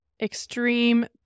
extreme